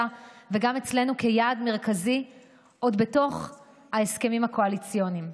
וגם אצלנו כיעד מרכזי עוד בתוך ההסכמים הקואליציוניים.